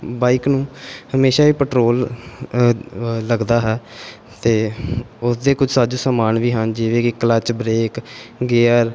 bike ਨੂੰ ਹਮੇਸ਼ਾਂ ਇਹ ਪੈਟਰੋਲ ਲੱਗਦਾ ਹੈ ਅਤੇ ਉਸ ਦੇ ਕੁਝ ਸਾਜ਼ੋ ਸਮਾਨ ਵੀ ਹਨ ਜਿਵੇਂ ਕਿ ਕਲੱਚ ਬ੍ਰੇਕ ਗੇਅਰ